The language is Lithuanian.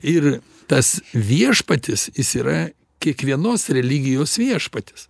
ir tas viešpatis jis yra kiekvienos religijos viešpatis